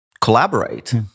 collaborate